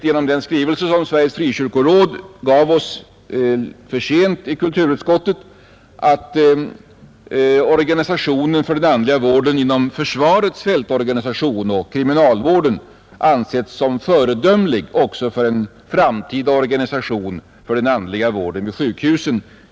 Genom den skrivelse som Sveriges frikyrkoråd för sent insände till kulturutskottet vet jag också att organisationen för den andliga vården inom försvarets fältorganisation och kriminalvården har ansetts som föredömlig också för en framtida organisation av den andliga vården vid sjukhusen.